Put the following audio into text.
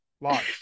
lots